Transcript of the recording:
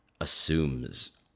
assumes